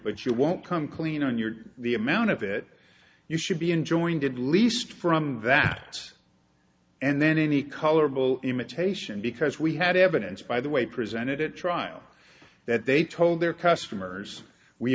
but you won't come clean on your the amount of it you should be enjoying did least from that and then any colorable imitation because we had evidence by the way presented at trial that they told their customers we